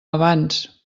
abans